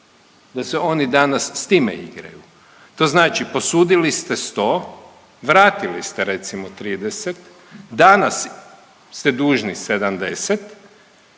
Da se oni danas s time igraju. To znači posudili ste 100, vratili ste recimo 30, danas ste dužni 70.